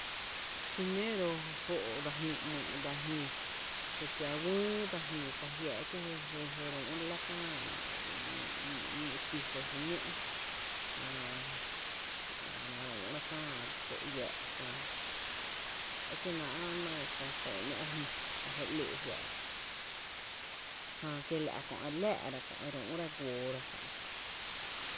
xí nǿǿ ro’ jó’ dsa jñi ‘myy’ dsa jñi jy kuⱥ wÿÿ dse jñi ta jiáá’ kie’ je re úú’ la kä ñí’ piso kää kää xiro ‘náána re üü’ra kää dso iää’ ta e kie náá’ kö je ‘ná’ re jñi, kö je ‘lóó’ re fⱥⱥ’ra, jää kiela’ e re láá’ra kö’ e re úí’ra guoora kö’.